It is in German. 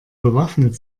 bewaffnet